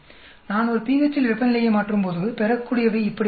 நான் ஒரு pH இல் வெப்பநிலையை மாற்றும்போது பெறக்கூடியவை இப்படி அதிகரிக்கும்